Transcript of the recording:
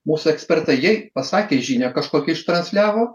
mūsų ekspertai jei pasakė žinią kažkokią ištransliavo